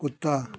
कुत्ता